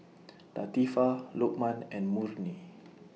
Latifa Lokman and Murni